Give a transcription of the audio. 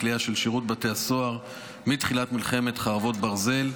במתקני הכליאה של שירות בתי הסוהר מתחילת מלחמת חרבות ברזל,